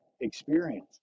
experience